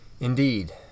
Indeed